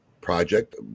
project